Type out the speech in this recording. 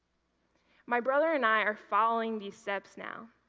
my brother and i are following these steps now,